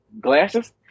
glasses